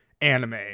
anime